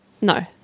No